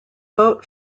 boat